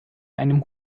einem